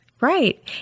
Right